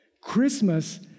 Christmas